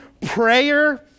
prayer